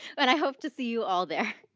but i hope to see you all there.